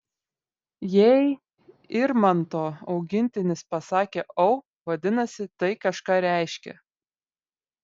jei irmanto augintinis pasakė au vadinasi tai kažką reiškia